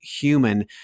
human